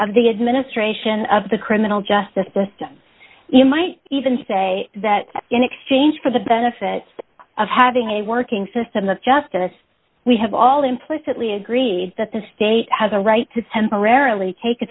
of the administration of the criminal justice system you might even say that in exchange for the benefit of having a working system of justice we have all implicitly agreed that the state has a right to temporarily take